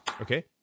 Okay